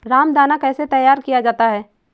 रामदाना कैसे तैयार किया जाता है?